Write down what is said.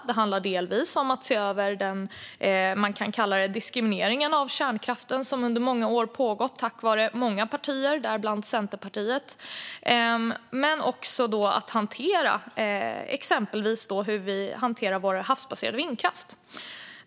Det handlar delvis om att se över den diskriminering, som man kan kalla det, av kärnkraften som under många år har pågått på grund av många partier, däribland Centerpartiet. Men det handlar också exempelvis om hur vi hanterar vår havsbaserade vindkraft.